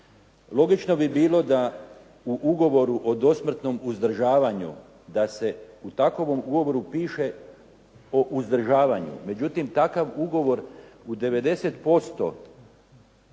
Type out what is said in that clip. Logično bi bilo da u ugovoru o dosmrtnom uzdržavanju da se u takvom ugovoru piše o uzdržavanju, međutim takav ugovor u 90% govori